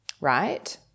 right